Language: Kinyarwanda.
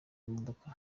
modoka